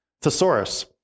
thesaurus